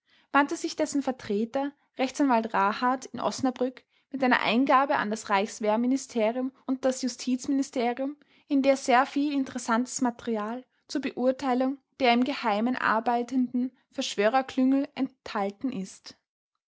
wandte sich dessen vertreter rechtsanwalt rahardt in osnabrück mit einer eingabe an das reichswehrministerium und das justizministerium in der sehr viel interessantes material zur beurteilung der im geheimen arbeitenden verschwörerklüngel enthalten ist